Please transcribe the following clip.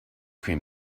cream